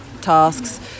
tasks